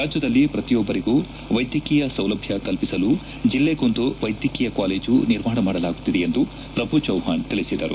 ರಾಜ್ಯದಲ್ಲಿ ಪ್ರತಿಯೊಬ್ಬರಿಗೂ ವೈದ್ಯಕೀಯ ಸೌಲಭ್ಯ ಕಲ್ಪಿಸಲು ಜಿಲ್ಲೆಗೊಂದು ವೈದ್ಯಕೀಯ ಕಾಲೇಜು ನಿರ್ಮಾಣ ಮಾಡಲಾಗುತ್ತಿದೆ ಎಂದು ಪ್ರಭು ಚವ್ಹಾಣ್ ತಿಳಿಸಿದರು